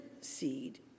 seed